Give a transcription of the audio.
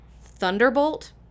Thunderbolt